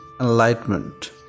enlightenment